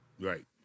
Right